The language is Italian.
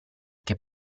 che